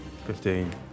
Fifteen